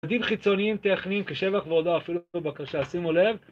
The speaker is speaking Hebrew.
עדים חיצוניים, טכניים, כשבח ועודה אפילו, בבקשה שימו לב.